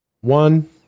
one